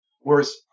whereas